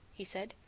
he said.